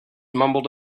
mumbled